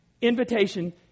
invitation